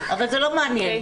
אבל זה לא מעניין,